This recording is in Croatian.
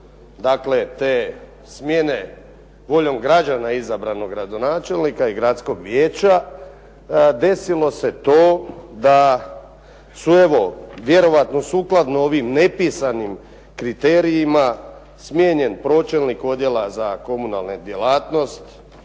dakle te smjene voljom građana izabranog gradonačelnika i gradskog vijeća desilo se to da su evo, vjerojatno sukladno ovim nepisanim kriterijima smijenjen pročelnik Odjela za komunalnu djelatnost